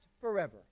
forever